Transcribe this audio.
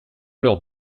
leur